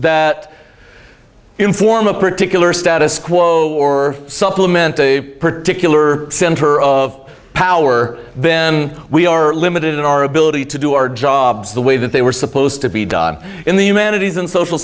that in form a particular status quo or supplement a particular center of power then we are limited in our ability to do our jobs the way that they were supposed to be done in the humanities and social